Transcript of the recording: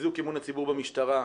חיזוק אמון הציבור במשטרה.